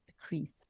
decrease